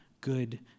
good